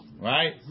Right